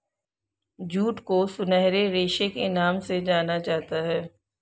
jute को सुनहरे रेशे के नाम से जाना जाता है